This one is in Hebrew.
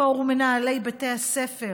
פורום מנהלי בתי הספר,